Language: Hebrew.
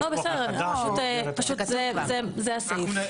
לא, פשוט זה הסעיף.